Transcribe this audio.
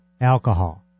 alcohol